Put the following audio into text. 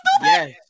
Yes